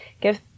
Give